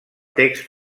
text